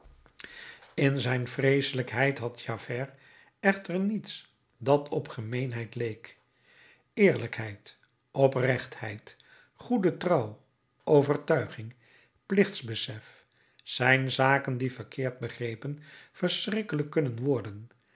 in zijn vreeselijkheid had javert echter niets dat op gemeenheid leek eerlijkheid oprechtheid goede trouw overtuiging plichtsbesef zijn zaken die verkeerd begrepen verschrikkelijk kunnen worden